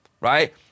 Right